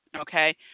okay